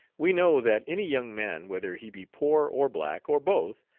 we know that any young man, whether he be poor or black, or both,